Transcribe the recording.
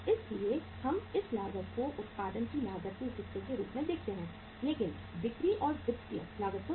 इसलिए हम इस लागत को उत्पादन की लागत के हिस्से के रूप में देखते हैं लेकिन बिक्री और वित्तीय लागत को नहीं